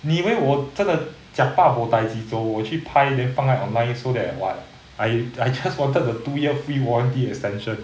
你以为我真的 jiak ba bo daiji zo 我去拍 then 放在 online so that [what] I I just wanted the two year free warranty extension